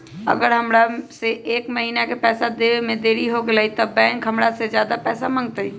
अगर हमरा से एक महीना के पैसा देवे में देरी होगलइ तब बैंक हमरा से ज्यादा पैसा मंगतइ?